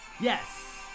Yes